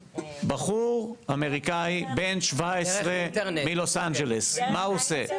בחור אמריקאי בן 17 מלוס אנג'לס, מה הוא עושה?